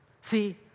See